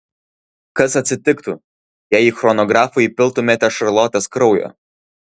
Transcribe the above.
kas atsitiktų jei į chronografą įpiltumėte šarlotės kraujo